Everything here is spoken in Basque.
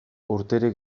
urterik